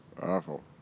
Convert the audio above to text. Awful